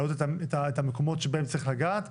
להעלות את המקומות שבהם צריך לגעת.